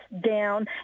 down